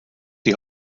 die